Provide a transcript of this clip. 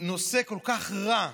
נושא כל כך רע,